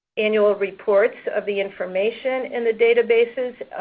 annual reports of the information in the databases.